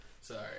Sorry